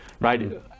right